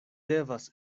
devas